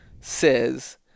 says